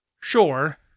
Sure